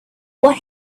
what